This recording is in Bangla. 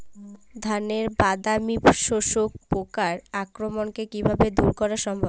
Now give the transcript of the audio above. ধানের বাদামি শোষক পোকার আক্রমণকে কিভাবে দূরে করা সম্ভব?